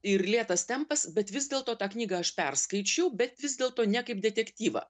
ir lėtas tempas bet vis dėlto tą knygą aš perskaičiau bet vis dėlto ne kaip detektyvą